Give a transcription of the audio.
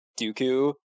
Dooku